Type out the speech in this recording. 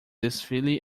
desfile